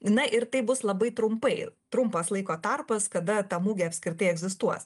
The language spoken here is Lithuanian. na ir tai bus labai trumpai trumpas laiko tarpas kada ta mugė apskritai egzistuos